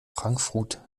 frankfrut